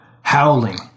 howling